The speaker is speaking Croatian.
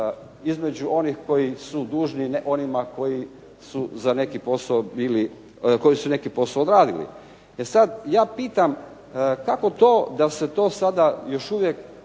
dužni onima koji su za neki posao bili, koji su neki posao odradili. E sad, ja pitam kako to da se to sada još uvijek